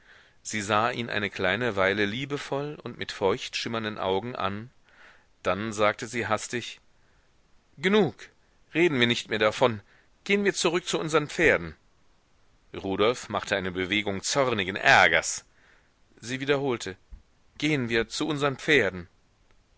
sie sah ihn eine kleine weile liebevoll und mit feucht schimmernden augen an dann sagte sie hastig genug reden wir nicht mehr davon gehen wir zurück zu unsern pferden rudolf machte eine bewegung zornigen ärgers sie wiederholte gehen wir zu unsern pferden